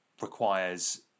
requires